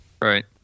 right